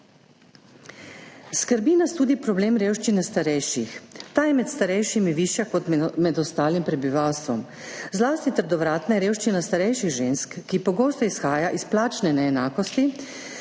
Skrbi nas tudi problem revščine starejših. Ta je med starejšimi višja kot med ostalim prebivalstvom. Zlasti trdovratna je revščina starejših žensk, ki pogosto izhaja iz plačne neenakosti,